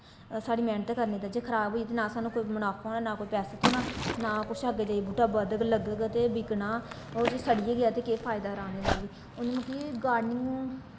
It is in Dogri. साढ़ी मेह्नत करने दा जे खराब होई ते ना सानूं कोई मनाफा होना ना कोई पैसा थ्होना ना कुछ अग्गें जाइयै बूह्टा बधग लगग ते बिकना ओह् जे सड़ी गै गेआ ते केह् फायदा राह्ने दा बी हून मतलब कि गार्डनिंग